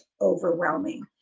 overwhelming